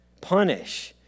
punish